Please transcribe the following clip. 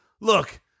Look